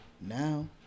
now